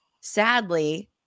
sadly